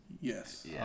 Yes